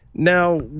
Now